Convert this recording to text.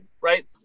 right